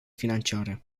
financiare